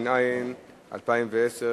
התש"ע 2010,